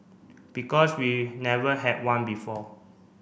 because we never had one before